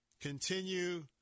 continue